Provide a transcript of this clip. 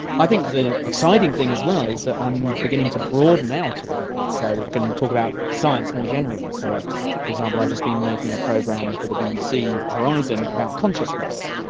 i think the exciting thing as well is that i'm beginning to broaden out a little bit, so i can talk about science more generally. so for example i've just been making a program for the bbc horizon about consciousness.